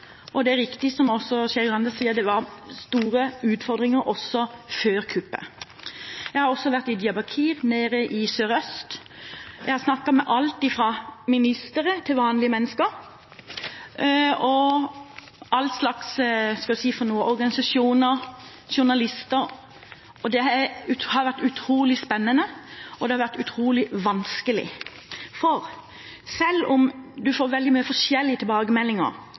kuppet. Det er riktig som Skei Grande sier, at det var store utfordringer også før kuppet. Jeg har også vært i Diyarbakir nede i sørøst. Jeg har snakket med alt fra ministre til vanlige mennesker, alle slags organisasjoner, journalister, og det har vært utrolig spennende og utrolig vanskelig. For selv om en får veldig forskjellige tilbakemeldinger,